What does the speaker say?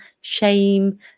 shame